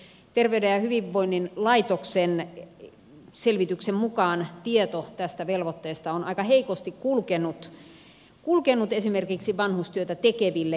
terveyden ja hyvinvoinnin laitoksen selvityksen mukaan tieto tästä velvoitteesta on aika heikosti kulkenut esimerkiksi vanhustyötä tekeville